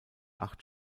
acht